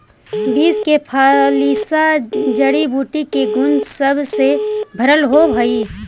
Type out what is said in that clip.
beans के फलियां जड़ी बूटी के गुण सब से भरल होब हई